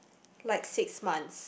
like six months